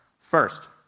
first